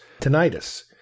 tinnitus